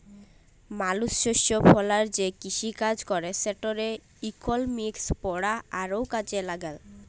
মালুস শস্য ফলায় যে কিসিকাজ ক্যরে সেটর ইকলমিক্স পড়া আরও কাজে ল্যাগল